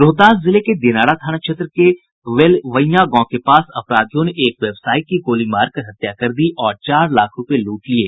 रोहतास जिले के दिनारा थाना क्षेत्र के वेलवइयां गांव के पास अपराधियों ने एक व्यवासयी की गोली मारकर हत्या कर दी और चार लाख रूपये लूटे लिये